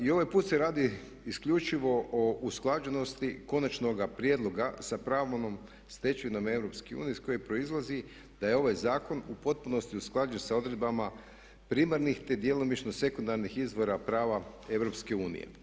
I ovaj put se radi isključivo o usklađenosti konačnog prijedloga sa pravnom stečevinom EU iz koje proizlazi da je ovaj zakon u potpunosti usklađen sa odredbama primarnih te djelomično sekundarnih izvora prava EU.